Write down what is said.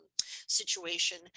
situation